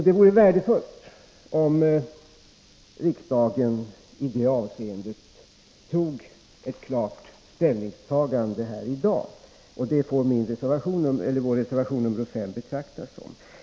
Det vore värdefullt om riksdagen i detta avseende gjorde ett klart ställningstagande här i dag. Det får vår reservation nr 5 betraktas såsom.